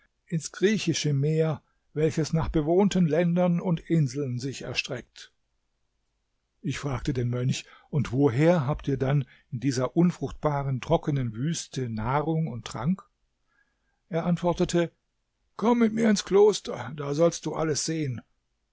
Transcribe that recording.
ins griechische meer welches nach bewohnten ländern und inseln sich erstreckt ich fragte den mönch und woher habt ihr denn in dieser unfruchtbaren trockenen wüste nahrung und trank er antwortete komm mit mir ins kloster da sollst du alles sehen